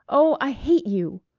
oh, i hate you!